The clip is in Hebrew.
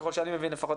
ככל שאני מבין לפחות,